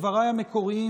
דבריי המקוריים,